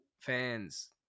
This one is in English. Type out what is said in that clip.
fans